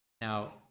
Now